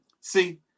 See